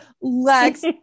Lex